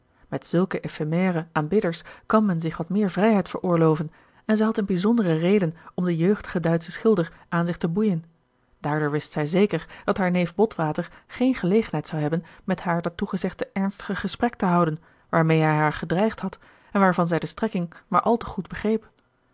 met zulke éphémère aanbidders kan men zich wat meer vrijheid veroorlooven en zij had eene bijzondere reden om den jeugdigen duitschen schilder aan zich te boeien daardoor wist zij zeker dat haar neef botwater geen gelegenheid zou hebben met haar dat toegezegde ernstige gesprek te houden waarmee hij haar gedreigd had en waarvan zij de strekking maar al te goed begreep